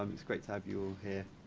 um it's great to have you all here.